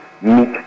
meet